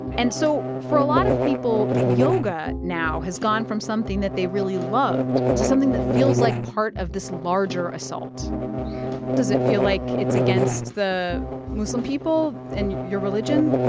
and so for a lot of people, yoga now has gone from something that they really loved to something that feels like part of this larger assault does it feel like it's against the muslim people and your religion?